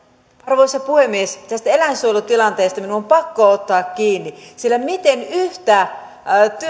arvoisa puhemies tästä eläinsuojelutilanteesta minun on on pakko ottaa kiinni miten yhtä